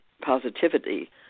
positivity